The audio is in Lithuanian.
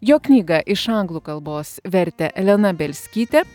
jo knygą iš anglų kalbos vertė elena bielskytė